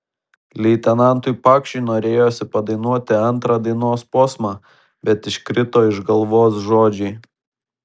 leitenantui pakšiui norėjosi padainuoti antrą dainos posmą bet iškrito iš galvos žodžiai